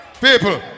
People